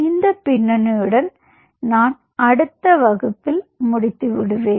o இந்த பின்னணியுடன் நான் அடுத்த வகுப்பில் முடித்து விடுவேன்